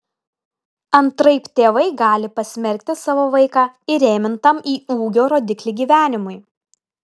antraip tėvai gali pasmerkti savo vaiką įrėmintam į ūgio rodiklį gyvenimui